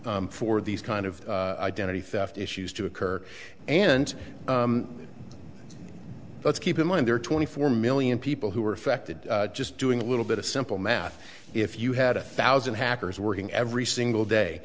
for these kind of identity theft issues to occur and let's keep in mind there are twenty four million people who are affected just doing a little bit of simple math if you had a thousand hackers working every single day